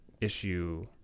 issue